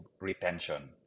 retention